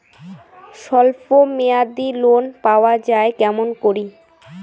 স্বল্প মেয়াদি লোন পাওয়া যায় কেমন করি?